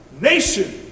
nation